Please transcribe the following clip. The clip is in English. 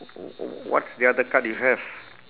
w~ w~ what's the other card you have